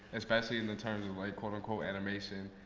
especially in the terms of like, quote unquote, animation.